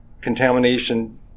contamination